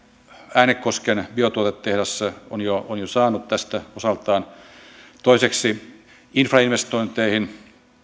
äänekosken biotuotetehdas on jo on jo saanut tästä osaltaan toiseksi infrainvestointeihin